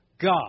God